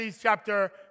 chapter